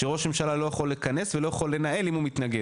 שראש הממשלה לא יכול לכנס ולא יכול לנהל אם הוא מתנגד,